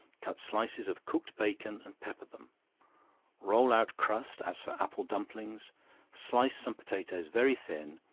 cut slices of cooked bacon, and pepper them roll out crust as for apple dumplings slice some potatoes very thin,